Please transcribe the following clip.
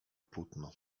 płótno